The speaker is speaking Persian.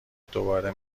دوباره